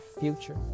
future